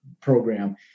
program